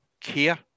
care